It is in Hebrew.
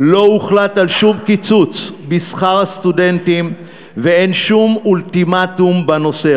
לא הוחלט על שום קיצוץ לסטודנטים ואין שום אולטימטום בנושא.